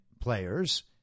players